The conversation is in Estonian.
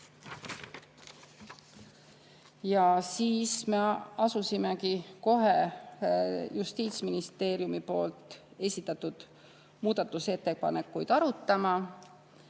Ja siis me asusimegi kohe Justiitsministeeriumi esitatud muudatusettepanekuid